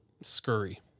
scurry